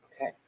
Okay